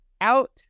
out